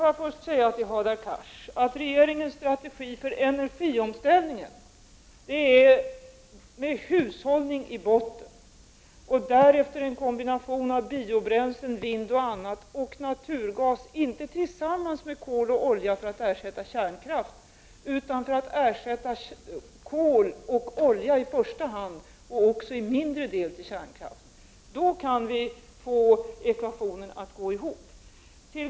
Herr talman! Jag säger först till Hadar Cars att regeringens strategi för energiomställningen har hushållning i botten. Därefter skall det bli en kombination av biobränslen, vind och naturgas — inte tillsammans med kol och olja för att ersätta kärnkraften, utan för att ersätta i första hand kol och olja och till mindre del kärnkraften. Då kan vi få ekvationen att gå ihop.